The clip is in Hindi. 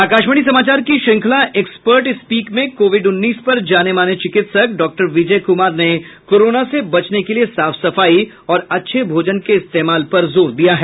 आकाशवाणी समाचार की श्रृंखला एक्सपर्ट स्पीक में कोविड उन्नीस पर जाने माने चिकित्सक डॉ विजय कुमार ने कोरोना से बचने के लिए साफ सफाई और अच्छे भोजन के इस्तेमाल पर जोर दिया है